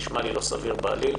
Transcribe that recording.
זה נשמע לי לא סביר בעליל.